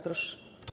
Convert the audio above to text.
Proszę.